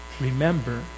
Remember